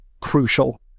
crucial